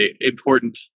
important